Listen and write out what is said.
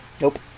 Nope